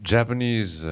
Japanese